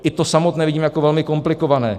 I to samotné vidím jako velmi komplikované.